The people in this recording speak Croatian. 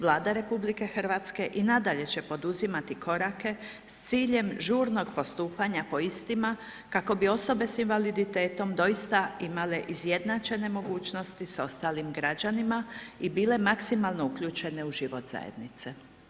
Vlada RH i nadalje će poduzimati korake s ciljem žurnog postupanja po istima kako bi osobe s invaliditetom doista imale izjednačene mogućnosti sa ostalim građanima i bile maksimalno uključene u život zajednice.